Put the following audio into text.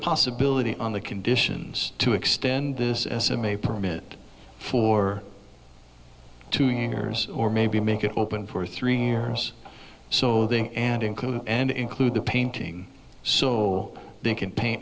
possibility on the conditions to extend this s m a permit for two years or maybe make it open for three years so and include and include the painting so they can paint